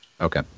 Okay